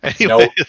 No